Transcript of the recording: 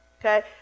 Okay